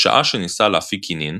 בעת שניסה להפיק כינין,